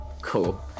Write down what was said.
Cool